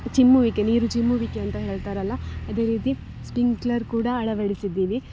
ಚಿಮ್ಮುವಿಕೆ ನೀರು ಚಿಮ್ಮುವಿಕೆ ಅಂತ ಹೇಳ್ತಾರಲ್ಲ ಅದೇ ರೀತಿ ಸ್ಪಿಂಕ್ಲರ್ ಕೂಡ ಅಳವಡಿಸಿದ್ದೀನಿ